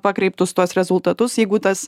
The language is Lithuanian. pakreiptus tuos rezultatus jeigu tas